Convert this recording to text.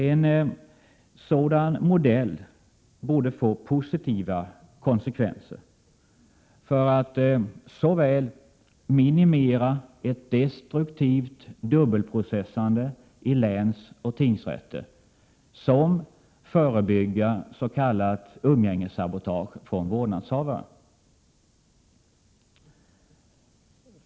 En sådan modell borde få positiva konsekvenser när det gäller att såväl minimera ett destruktivt dubbelprocessande i länsoch tingsrätter som förebygga s.k. umgängessabotage från vårdnadshavare.